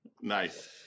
Nice